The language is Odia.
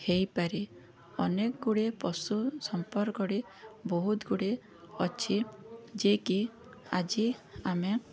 ହୋଇପାରେ ଅନେକଗୁଡ଼ିଏ ପଶୁ ସମ୍ପର୍କରେ ବହୁତ ଗୁଡ଼ିଏ ଅଛି ଯେ କି ଆଜି ଆମେ